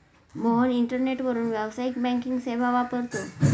मोहन इंटरनेटवरून व्यावसायिक बँकिंग सेवा वापरतो